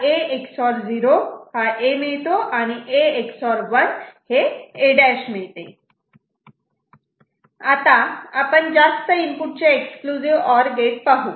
A⊕0 A A⊕1 A' आता जास्त इनपुटचे एक्सक्लुझिव्ह ऑर गेट पाहू